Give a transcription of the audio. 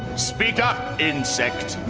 speak up, insect.